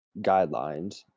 guidelines